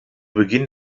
beginn